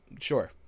Sure